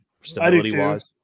stability-wise